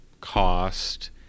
cost